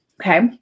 Okay